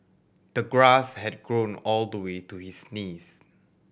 the grass had grown all the way to his knees